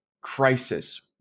crisis